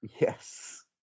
Yes